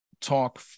talk